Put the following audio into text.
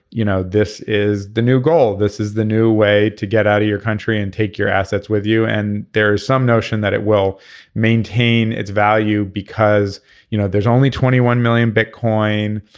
you know this is the new goal. this is the new way to get out of your country and take your assets with you and there is some notion that it will maintain its value because you know there's only twenty one million bitcoins.